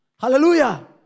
Hallelujah